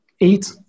eight